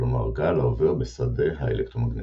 כלומר גל העובר בשדה האלקטרומגנטי.